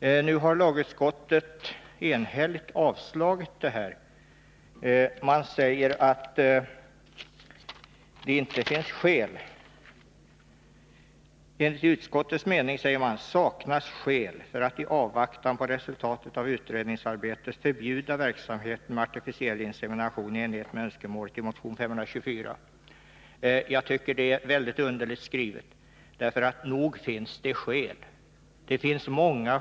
Nu har lagutskottet enhälligt avstyrkt denna motion med följande motivering: ”Enligt utskottets mening saknas skäl för att i avvaktan på resultatet av utredningsarbetet förbjuda verksamheten med artificiell insemination i enlighet med önskemålet i motion 524.” Det är en mycket underlig skrivning. Nog finns det skäl —t.o.m. många.